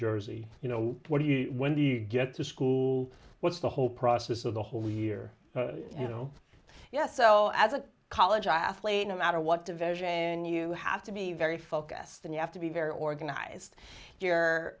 jersey you know what do you when do you get to school what's the whole process of the whole year you know yes so as a college athlete no matter what division you have to be very focused and you have to be very organized you're